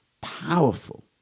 powerful